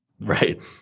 Right